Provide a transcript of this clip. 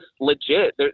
legit